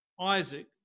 Isaac